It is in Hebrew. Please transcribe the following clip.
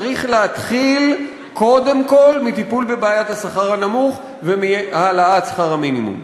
צריך להתחיל קודם כול מטיפול בבעיית השכר הנמוך ומהעלאת שכר המינימום.